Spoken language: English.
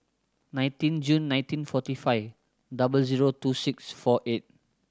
nineteen June nineteen forty five double zero two six four eight